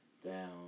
down